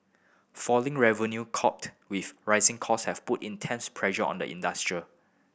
falling revenue coupled with rising cost have put intense pressure on the industry